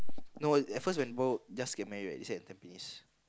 no at first when just get married right they stay at Tampines